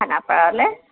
খানাপাৰালৈ